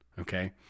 Okay